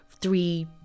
three